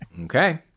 Okay